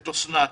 את אוסנת.